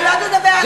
אל תדבר אלי ככה.